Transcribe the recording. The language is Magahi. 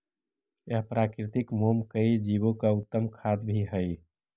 यह प्राकृतिक मोम कई जीवो का उत्तम खाद्य भी हई